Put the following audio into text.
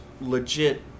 legit